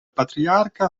patriarca